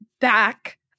back